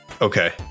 Okay